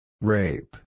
Rape